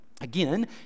Again